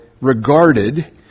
regarded